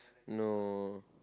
no